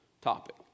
topic